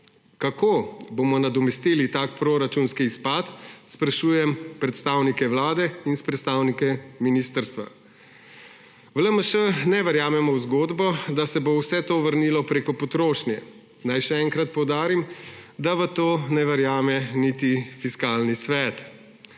Kako bomo nadomestili takšen proračunski izpad, sprašujem predstavnike Vlade in predstavnike ministrstva. V LMŠ ne verjamemo v zgodbo, da se bo vse to vrnilo prek potrošnje. Naj še enkrat poudarim, da v to ne verjame niti Fiskalni svet.